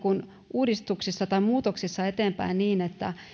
uudistuksissa tai muutoksissa eteenpäin niin että